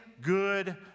good